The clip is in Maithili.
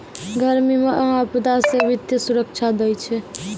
घर बीमा, आपदा से वित्तीय सुरक्षा दै छै